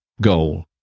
goal